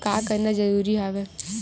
का करना जरूरी हवय?